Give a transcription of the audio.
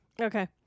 Okay